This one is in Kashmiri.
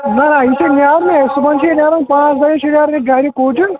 نہ یہِ چھُ نیرُنُے اسہِ صُبحن چھُ نیران پانٛژھ بَجے چھُ نیرُن گَرِ کوچِنٛگ